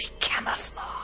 camouflage